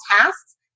tasks